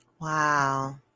Wow